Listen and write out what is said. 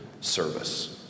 service